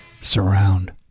Surround